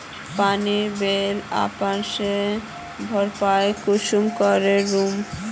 पानीर बिल अपने से भरपाई कुंसम करे करूम?